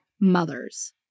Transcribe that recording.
mothers